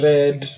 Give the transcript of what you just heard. Red